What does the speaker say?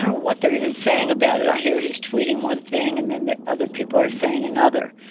what they're even saying about it. i hear he's tweeting one thing and then the other people are saying another.